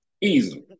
Easily